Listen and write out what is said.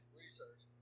research